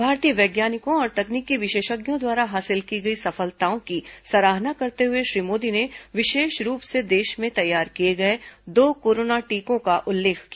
भारतीय वैज्ञानिकों और तकनीकी विषेषज्ञों द्वारा हासिल की गई सफलताओं की सराहना करते हए श्री मोदी ने विषेष रूप से देष में तैयार किये गये दो कोरोना टीकों का उल्लेख किया